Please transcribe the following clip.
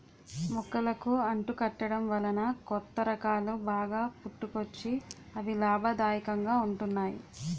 మొక్కలకు అంటు కట్టడం వలన కొత్త రకాలు బాగా పుట్టుకొచ్చి అవి లాభదాయకంగా ఉంటున్నాయి